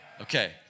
Okay